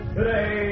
Today